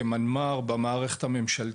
כמנמ"ר במערכת הממשלתית.